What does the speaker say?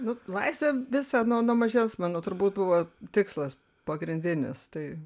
nu laisvė visą nuo nuo mažens mano turbūt buvo tikslas pagrindinis tai